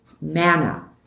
manna